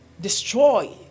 destroy